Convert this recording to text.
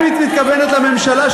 ומפלגת העבודה הייתה שותפה,